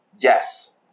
yes